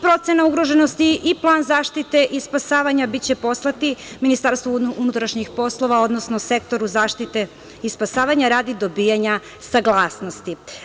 Procena ugroženosti i plan zaštite i spasavanja biće poslati Ministarstvu unutrašnjih poslova, odnosno Sektoru zaštite i spasavanja, radi dobijanja saglasnosti.